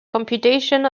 computation